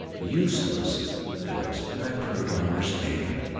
useless to expect her to understand.